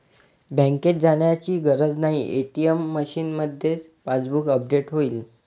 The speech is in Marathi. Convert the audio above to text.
बँकेत जाण्याची गरज नाही, ए.टी.एम मशीनमध्येच पासबुक अपडेट होईल